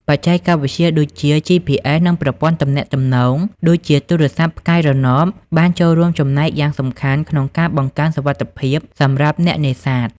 បច្ចេកវិទ្យាដូចជា GPS និងប្រព័ន្ធទំនាក់ទំនង ដូចជាទូរស័ព្ទផ្កាយរណប បានចូលរួមចំណែកយ៉ាងសំខាន់ក្នុងការបង្កើនសុវត្ថិភាពសម្រាប់អ្នកនេសាទ។